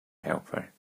helper